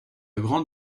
grande